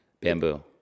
Bamboo